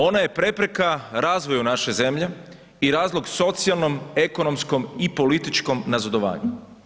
Ona je prepreka razvoju naše zemlje i razlog socijalnom, ekonomskom i političkom nazadovanju.